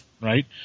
right